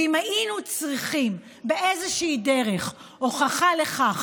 ואם היינו צריכים באיזושהי דרך הוכחה לכך